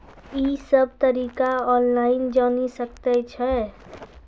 ई सब तरीका ऑनलाइन जानि सकैत छी?